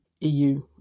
EU